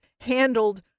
handled